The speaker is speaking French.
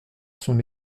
son